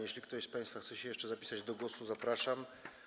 Jeśli ktoś z państwa chce się jeszcze zapisać do głosu, zapraszam.